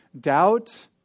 doubt